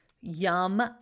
yum